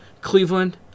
Cleveland